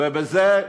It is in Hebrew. ובזה,